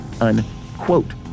unquote